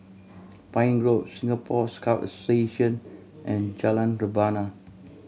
Pine Grove Singapore Scout Association and Jalan Rebana